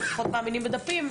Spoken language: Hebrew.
אנחנו פחות מאמינים בדפים.